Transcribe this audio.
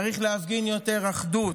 צריך להפגין יותר אחדות.